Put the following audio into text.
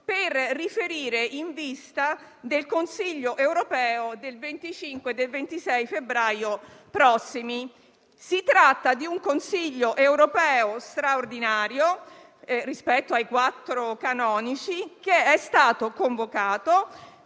per riferire in vista del Consiglio europeo del 25 e 26 febbraio prossimi. Si tratta di un Consiglio europeo straordinario, rispetto ai quattro canonici, convocato